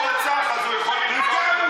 נכון.